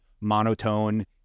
monotone